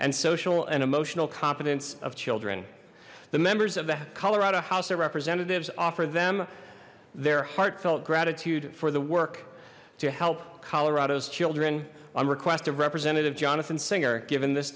social and emotional competence of children the members of the colorado house of representatives offer them their heartfelt gratitude for the work to help colorado's children on request of representative jonathan singer given this